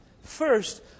First